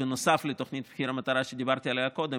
נוסף לתוכנית מחיר מטרה שדיברתי עליה קודם,